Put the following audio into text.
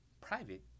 private